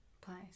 place